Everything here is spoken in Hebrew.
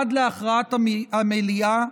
עד להכרעת המליאה,